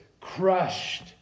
crushed